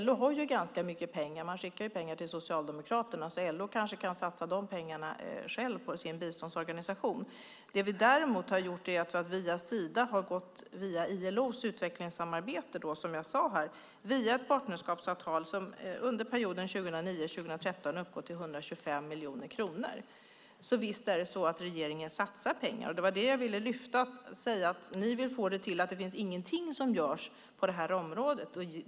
LO har ganska mycket pengar och skickar pengar till Socialdemokraterna, så LO kanske kan satsa de pengarna på sin biståndsorganisation. Det vi däremot har gjort är att via Sida gå via ILO:s utvecklingssamarbete, som jag sade, med ett partnerskapsavtal som under perioden 2009-2013 uppgår till 125 miljoner kronor. Så visst satsar regeringen pengar! Det var det jag ville lyfta fram och säga. Ni vill få det till att ingenting görs på detta område.